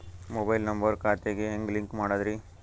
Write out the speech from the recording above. Mobile number ಖಾತೆ ಗೆ ಹೆಂಗ್ ಲಿಂಕ್ ಮಾಡದ್ರಿ?